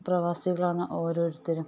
പ്രവാസികളാണ് ഓരോരുത്തരും